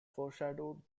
foreshadowed